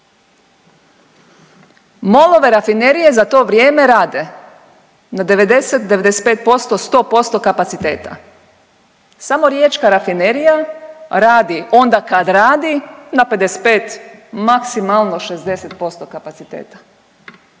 MOL-ove rafinerije za to vrijeme rade na 90, 99%, 100% kapaciteta. Samo Riječka rafinerija radi onda kad radi na 55 maksimalno 60% kapaciteta,